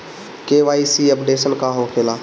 KYC updation का होखेला?